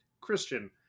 Christian